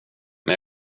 men